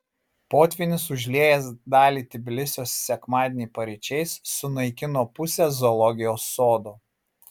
potvynis užliejęs dalį tbilisio sekmadienį paryčiais sunaikino pusę zoologijos sodo